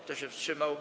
Kto się wstrzymał?